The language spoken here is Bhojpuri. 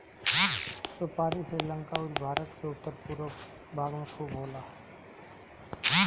सुपारी श्रीलंका अउरी भारत के उत्तर पूरब भाग में खूब होला